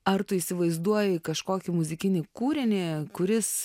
ar tu įsivaizduoji kažkokį muzikinį kūrinį kuris